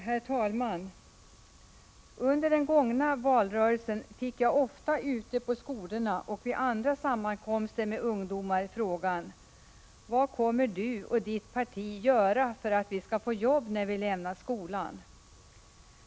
Herr talman! Under den gångna valrörelsen fick jag ofta ute på skolorna och vid andra sammankomster med ungdomar frågan: Vad kommer du och ditt parti att göra för att vi skall få jobb när vi lämnar skolan?